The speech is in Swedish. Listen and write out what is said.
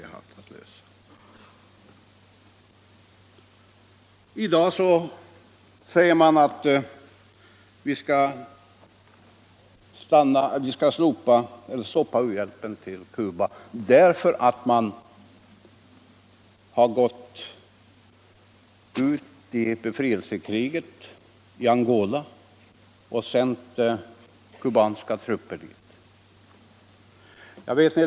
I dag säger moderaterna att vi skall slopa u-hjälpen till Cuba därför att Cuba sänt trupper som deltagit i befrielsekriget i Angola.